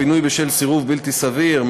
פינוי בשל סירוב בלתי סביר,